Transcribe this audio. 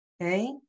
Okay